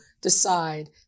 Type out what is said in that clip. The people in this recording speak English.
decide